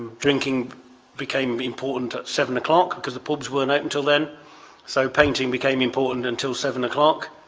drinking became important at seven o'clock because the pubs weren't open till then so painting became important until seven o'clock.